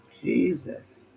Jesus